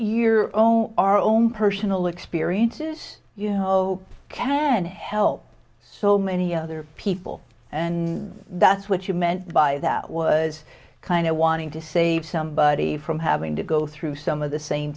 year own our own personal experiences you know can help so many other people and that's what you meant by that was kind of wanting to save somebody from having to go through some of the same